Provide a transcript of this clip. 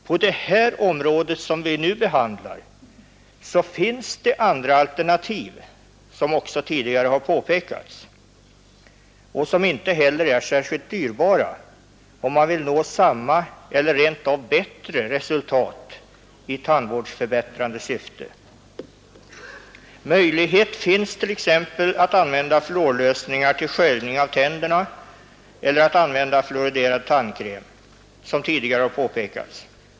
På det här området finns det, som också tidigare har påpekats, andra alternativ som inte heller är särskilt dyrbara, om man vill nå samma eller rent av bättre resultat i tandvårdsförbättrande syfte. Möjlighet finns t.ex. att använda fluorlösningar till sköljning av tänderna eller att använda fluoriderad tandkräm.